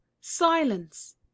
Silence